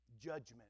Judgment